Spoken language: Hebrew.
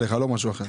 לא משהו אחר.